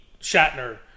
Shatner